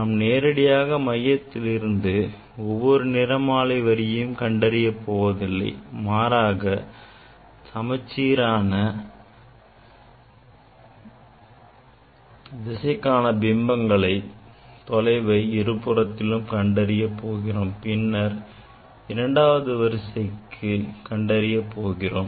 நாம் நேரடியாக மையத்திலிருந்து ஒவ்வொரு நிறமாலை வரியின் தொலைவை கண்டறிய போவதில்லை மாறாக சமச்சீரான முதல் வரிசைக்கான பிம்பங்களின் தொலைவை இருபுறத்திலும் கண்டறிய போகிறோம் பின்னர் இரண்டாவது வரிசைக்கு கண்டறிய போகிறோம்